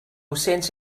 sense